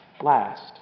Last